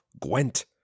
Gwent